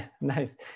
Nice